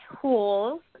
tools